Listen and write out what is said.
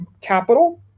capital